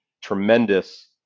tremendous